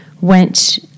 went